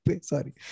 sorry